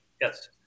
Yes